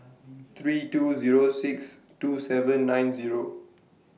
three two Zero six two seven nine Zero